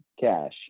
cash